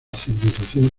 civilización